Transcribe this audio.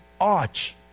arch